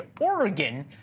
Oregon